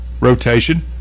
rotation